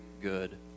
good